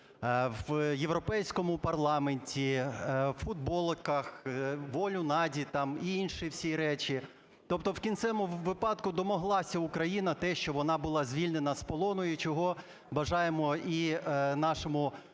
в Європейському парламенті в футболках "Волю Наді" там і інші всі речі. Тобто в кінцевому випадку домоглася Україна те, що вона була звільнена з полону і чого бажаємо і нашому